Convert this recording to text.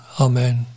Amen